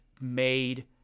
made